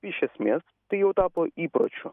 iš esmės tai jau tapo įpročiu